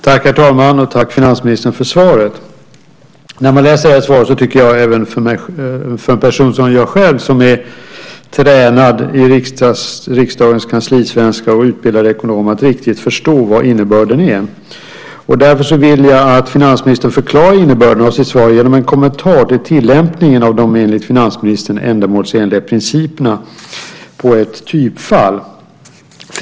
Herr talman! Tack, finansministern, för svaret. Även för en person som jag, som är tränad i riksdagens kanslisvenska och utbildad ekonom, är det svårt att riktigt förstå innebörden i svaret. Jag vill därför att finansministern förklarar innebörden av sitt svar genom en kommentar till tillämpningen av de, enligt finansministern, ändamålsenliga principerna på ett typfall.